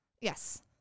Yes